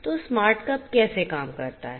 तो smart cup कैसे काम करता है